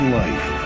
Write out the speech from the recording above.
life